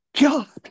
god